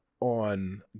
on